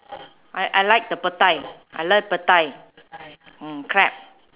I I like the petai I like petai mm crab